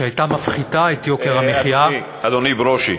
שהייתה מפחיתה את יוקר המחיה, חבר הכנסת ברושי,